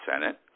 Senate